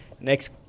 next